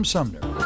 Sumner